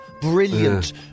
brilliant